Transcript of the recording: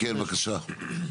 כן, בבקשה.